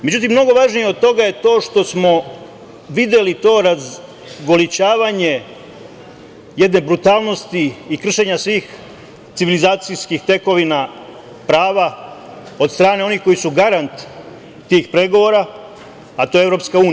Međutim, mnogo važnije od toga je to što smo videli to razgolićavanje jedne brutalnosti i kršenja svih civilizacijskih tekovina prava od strane onih koji su garant tih pregovora, a to je EU.